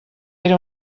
era